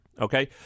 Okay